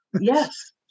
Yes